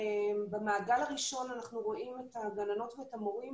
במעגל הראשון אנחנו רואים את הגננות ואת המורים